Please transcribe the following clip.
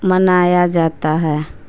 منایا جاتا ہے